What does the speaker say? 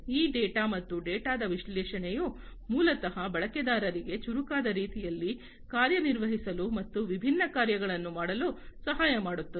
ಈ ಡೇಟಾ ಮತ್ತು ಡೇಟಾದ ವಿಶ್ಲೇಷಣೆಯು ಮೂಲತಃ ಬಳಕೆದಾರರಿಗೆ ಚುರುಕಾದ ರೀತಿಯಲ್ಲಿ ಕಾರ್ಯನಿರ್ವಹಿಸಲು ಮತ್ತು ವಿಭಿನ್ನ ಕಾರ್ಯಗಳನ್ನು ಮಾಡಲು ಸಹಾಯ ಮಾಡುತ್ತದೆ